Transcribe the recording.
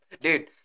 Dude